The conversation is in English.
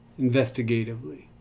investigatively